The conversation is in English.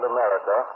America